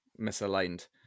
misaligned